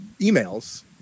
emails